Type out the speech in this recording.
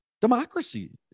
Democracy